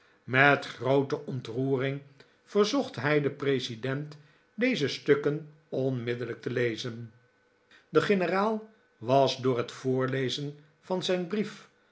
met groote ontroering verzocht hij den president deze stukken onmiddellijk te lezen de generaal was door het voorlezen van zijn brief